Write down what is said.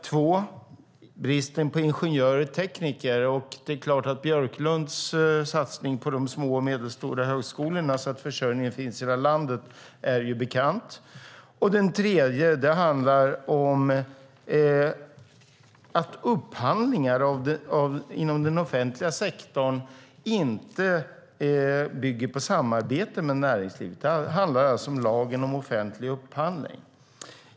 Den andra är bristen på ingenjörer och tekniker. Björklunds satsning på de små och medelstora högskolorna så att försörjningen finns i det här landet är ju bekant. Den tredje gäller att upphandlingar inom den offentliga sektorn inte bygger på samarbete med näringslivet. Det handlar alltså om lagen om offentlig upphandling.